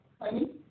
Honey